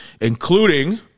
including